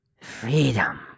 Freedom